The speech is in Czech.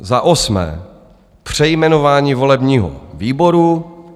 Za osmé přejmenování volebního výboru.